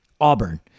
Auburn